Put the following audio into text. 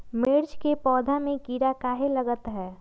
मिर्च के पौधा में किरा कहे लगतहै?